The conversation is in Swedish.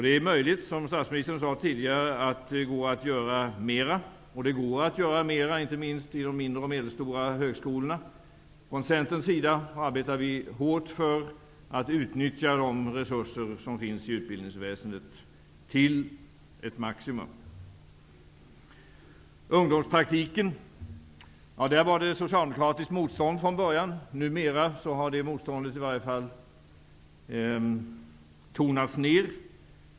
Det är möjligt, som statsministern sade tidigare, att det går att göra mera, inte minst på de mindre och medelstora högskolorna. Från Centerns sida arbetar vi hårt för att maximalt utnyttja de resurser som finns i utbildningsväsendet. Mot ungdomspraktiken fanns det från början ett socialdemokratiskt motstånd. Numera har det motståndet i varje fall tonats ned.